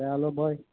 Aarey hello boy